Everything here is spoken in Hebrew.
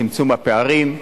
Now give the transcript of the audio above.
צמצום הפערים.